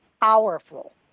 powerful